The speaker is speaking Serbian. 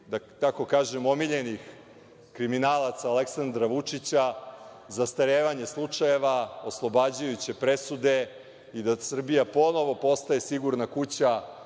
da tako kažem, omiljenih kriminalaca Aleksandra Vučića, zastarevanje slučajeva, oslobađajuće presude i da Srbija ponovo postaje sigurna kuća